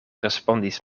respondis